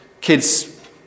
kids